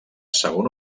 segon